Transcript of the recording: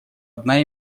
одна